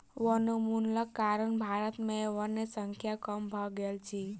वनोन्मूलनक कारण भारत में वनक संख्या कम भ गेल अछि